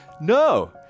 no